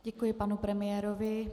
Děkuji panu premiérovi.